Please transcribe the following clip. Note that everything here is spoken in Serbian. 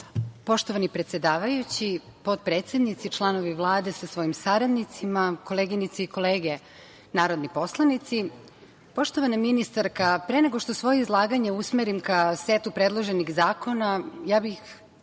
Hvala. Poštovani predsedavajući, potpredsednici, članovi Vlade sa svojim saradnicima, koleginice i kolege narodni poslanici, poštovana ministarka, pre nego što svoje izlaganje usmerim ka setu predloženih zakona, istakla